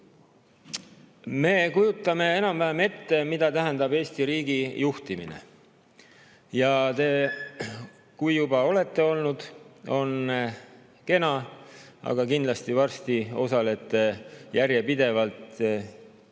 Me kujutame enam-vähem ette, mida tähendab Eesti riigi juhtimine. Ja kui te juba olete olnud, on kena, aga kindlasti varsti osalete järjepidevalt